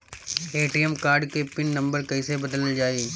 ATM card के PIN number कईसे बदलल जाई?